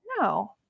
No